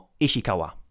Ishikawa